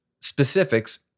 specifics